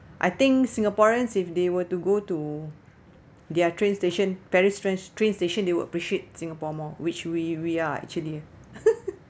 I think singaporeans if they were to go to their train station paris train train station they would appreciate singapore more which we we are actually